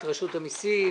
את רשות המסים,